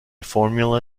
formula